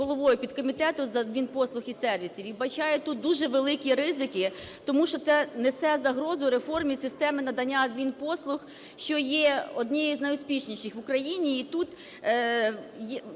головою підкомітету з адмінпослуг і сервісів і вбачаю тут дуже великі ризики, тому що це несе загрозу реформі системі надання адмінпослуг, що є однією з найуспішніших в Україні. І тут